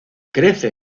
crece